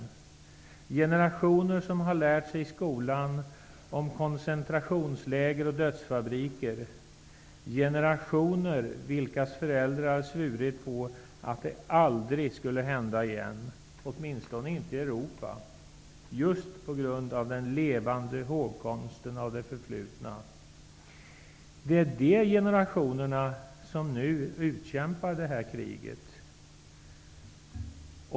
De generationer som i skolan har läst om koncentrationsläger och dödsfabriker -- generationer vilkas föräldrar har svurit på att det aldrig skulle hända igen, åtminstone inte i Europa, just på grund av den levande hågkomsten av det förflutna -- är de generationer som nu utkämpar detta krig.